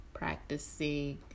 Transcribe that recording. practicing